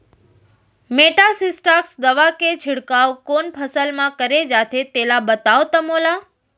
Metasystox दवा के छिड़काव कोन फसल म करे जाथे तेला बताओ त मोला?